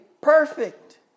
perfect